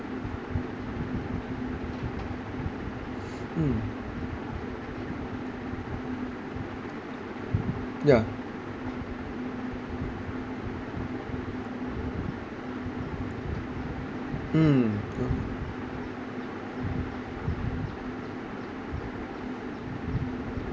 mm yeah mm